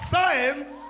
Science